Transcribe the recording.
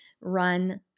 run